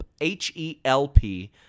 H-E-L-P